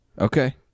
Okay